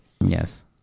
Yes